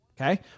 Okay